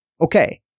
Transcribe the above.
Okay